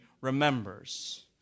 remembers